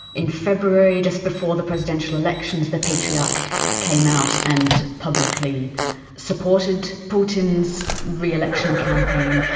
in february, just before the presidential elections, the patriarch came out and publicly supported putin's re-election campaign.